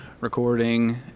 recording